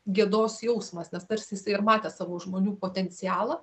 gėdos jausmas nes tarsi jisai ir matė savo žmonių potencialą